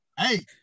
Hey